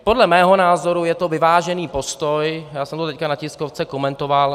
Podle mého názoru je to vyvážený postoj, já jsem ho teď na tiskovce komentoval.